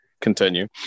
Continue